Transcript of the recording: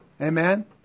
Amen